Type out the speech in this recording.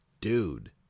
dude